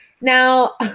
Now